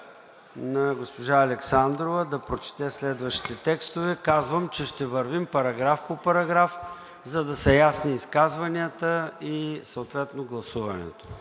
на госпожа Александрова да прочете следващите текстове. Казвам, че ще вървим параграф по параграф, за да са ясни изказванията и съответно гласуването.